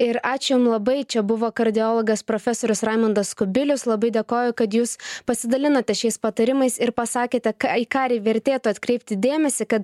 ir ačiū jum labai čia buvo kardiologas profesorius raimundas kubilius labai dėkoju kad jūs pasidalinote šiais patarimais ir pasakėte ką į ką ir vertėtų atkreipti dėmesį kad